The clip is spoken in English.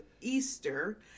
Easter